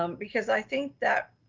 um because i think that,